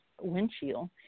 windshield